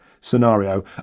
scenario